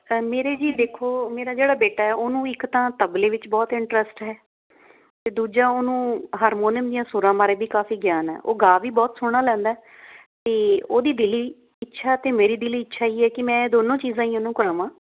ਮੇਰੇ ਜੀ ਦੇਖੋ ਮੇਰਾ ਜਿਹੜਾ ਬੇਟਾ ਉਹਨੂੰ ਇੱਕ ਤਾਂ ਤਬਲੇ ਵਿੱਚ ਬਹੁਤ ਇੰਟਰਸਟ ਹੈ ਅਤੇ ਦੂਜਾ ਉਹਨੂੰ ਹਾਰਮੋਨਿਅਮ ਦੀਆਂ ਸੁਰਾਂ ਬਾਰੇ ਵੀ ਕਾਫੀ ਗਿਆਨ ਹੈ ਉਹ ਗਾ ਵੀ ਬਹੁਤ ਸੋਹਣਾ ਲੈਂਦਾ ਅਤੇ ਉਹਦੀ ਦਿਲੀ ਇੱਛਾ ਅਤੇ ਮੇਰੀ ਦਿਲੀ ਇੱਛਾ ਇਹ ਹੀ ਹੈ ਕਿ ਮੈਂ ਦੋਨੋਂ ਚੀਜ਼ਾਂ ਹੀ ਉਹਨੂੰ ਕਰਾਵਾਂ